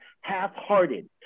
half-hearted